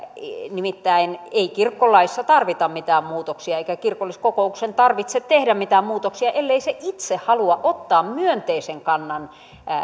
nimittäin ei kirkkolaissa tarvita mitään muutoksia eikä kirkolliskokouksen tarvitse tehdä mitään muutoksia ellei se itse halua ottaa myönteistä kantaa